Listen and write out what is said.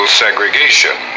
segregation